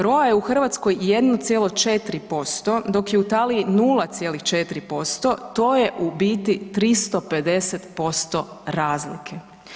ROA je u Hrvatskoj 1,4% dok je u Italiji 0,4% to je u biti 350% razlile.